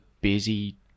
busy